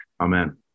Amen